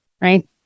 right